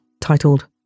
titled